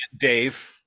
dave